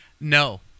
No